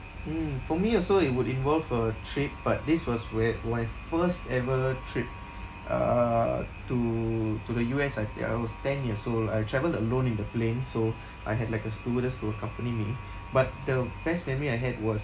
mm for me also it would involve a trip but this was where my first ever trip uh to to the U_S I think I was ten years old I travel alone in the plane so I had like a stewardess to accompany me but the best memory I had was